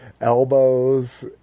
elbows